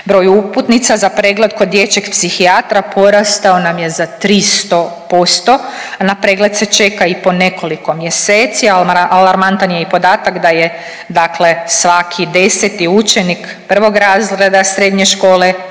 Broj uputnica za pregled kod dječjeg psihijatra porastao nam je za 300%. Na pregled se čeka i po nekoliko mjeseci. Alarmantan je i podatak da je, dakle svaki deseti učenik prvog razreda srednje škole